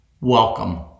Welcome